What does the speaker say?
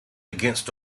against